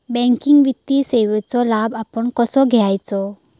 Banking वित्तीय सेवाचो लाभ आपण कसो घेयाचो?